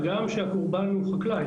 הגם שהקורבן הוא חקלאי.